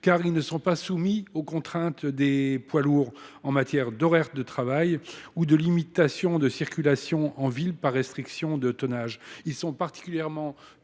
car ils ne sont pas soumis aux contraintes des poids lourds en matière d’horaires de travail ou de limitation de circulation en ville par restriction de tonnage. Ils sont particulièrement